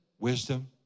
wisdom